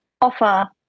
offer